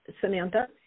Samantha